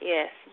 Yes